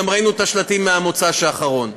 וגם ראינו את השלטים ממוצ"ש האחרון.